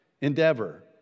endeavor